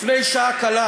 לפני שעה קלה